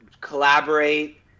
collaborate